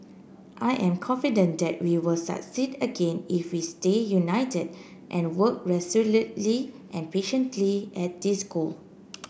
I am confident that we will succeed again if we stay united and work resolutely and patiently at this goal